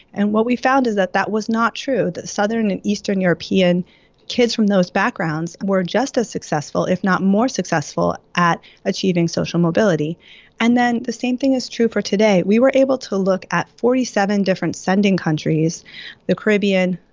and what we found is that that was not true, that southern and eastern european kids from those backgrounds were just as successful, if not more successful, at achieving social mobility and then the same thing is true for today. we were able to look at forty seven different sending countries the caribbean,